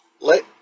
Let